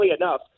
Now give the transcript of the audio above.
enough